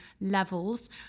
levels